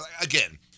again